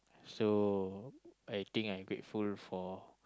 so I think I grateful for